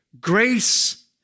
grace